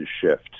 shift